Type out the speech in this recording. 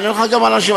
אני אענה לך גם על זה.